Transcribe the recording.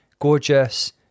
gorgeous